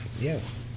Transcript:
Yes